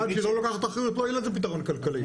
כשהיא לא לוקחת אחריות, לא יהיה לזה פיתרון כלכלי.